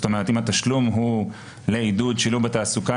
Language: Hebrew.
זאת אומרת אם התשלום הוא לעידוד לשילוב בתעסוקה